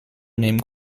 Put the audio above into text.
named